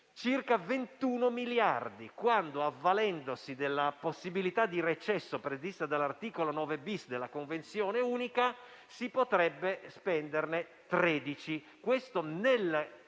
circa 21 miliardi, quando, avvalendosi della possibilità di recesso previsto dall'articolo 9-*bis* della convenzione unica, se ne potrebbero spendere 13. Ciò